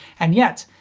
and yet,